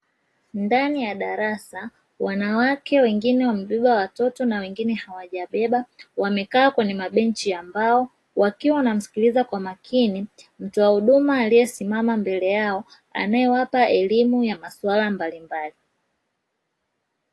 Ndani ya darasa wanawake wengine wabeba watoto na wengine hawajabeba wamekaa kwenye mabenchi ya mbao, wakiwa wanamsikiliza kwa makini mtoa huduma aliyesimama mbele yao anayewapa elimu ya masuala mbalimbali.